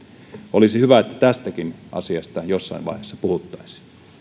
olisi hyvä että tästäkin asiasta jossain vaiheessa puhuttaisiin